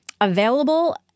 available